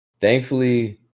thankfully